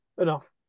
enough